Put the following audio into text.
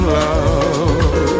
love